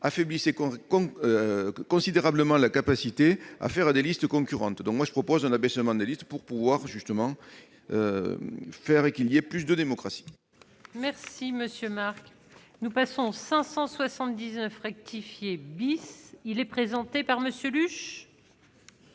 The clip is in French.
con comme considérablement la capacité à faire des listes concurrentes dont moi je propose un abaissement des élite pour pouvoir justement faire et qu'il y ait plus de démocratie. Merci monsieur Marc nous passons 579 rectifié bis, il est présenté par Monsieur Lluch.